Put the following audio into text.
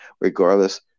regardless